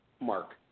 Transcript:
Mark